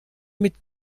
mit